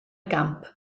gamp